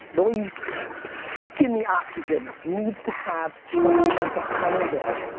the way you suck in the oxygen, needs to have strategy behind it.